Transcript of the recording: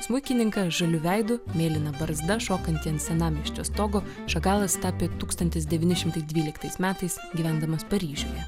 smuikininkas žaliu veidu mėlyna barzda šokanti ant senamiesčio stogo šagalas tapė tūkstantis devyni šimtai dvyliktais metais gyvendamas paryžiuje